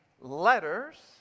letters